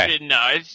No